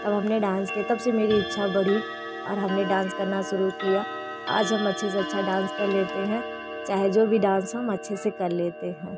तब हम ने डांस किया तब से मेरी इच्छा बढ़ी और हम ने डांस करना शुरू किया आज हम अच्छे से अच्छा डांस कर लेते हैं चाहे जो भी डांस हो हम अच्छे से कर लेते हैं